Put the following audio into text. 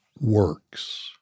works